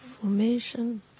formation